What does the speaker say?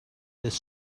this